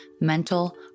mental